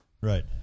Right